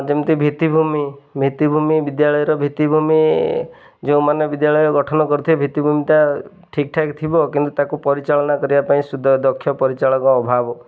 ଯେମିତି ଭିତ୍ତିଭୂମି ଭିତ୍ତିଭୂମି ବିଦ୍ୟାଳୟର ଭିତ୍ତିଭୂମି ଯେଉଁମାନେ ବିଦ୍ୟାଳୟ ଗଠନ କରୁଥିବେ ଭିତ୍ତିଭୂମିତା ଠିକ୍ ଠାକ୍ ଥିବ କିନ୍ତୁ ତାକୁ ପରିଚାଳନା କରିବା ପାଇଁ ସୁଧ ଦକ୍ଷ ପରିଚାଳକ ଅଭାବ